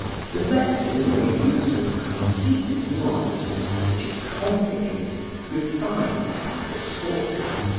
selected and made use of antique nuances which it complicated, refined and assorted.